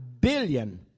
billion